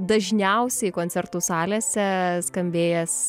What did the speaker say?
dažniausiai koncertų salėse skambėjęs